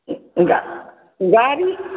एक गा गाड़ी